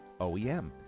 OEM